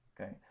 Okay